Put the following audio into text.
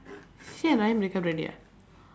she and rahim break up already ah